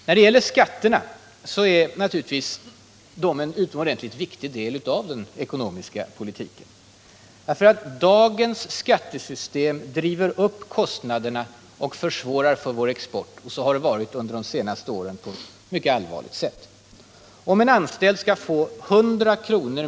När det gäller skatterna så är de naturligtvis en utomordentligt viktig del av den ekonomiska politiken, därför att dagens skattesystem driver upp kostnaderna och försvårar bl.a. för vår export. Så har det varit under de senaste åren på ett mycket allvarligt sätt. Om en anställd skall få 100 kr.